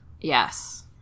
Yes